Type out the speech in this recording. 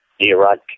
Iraq